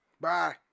Bye